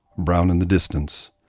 brown in the distance,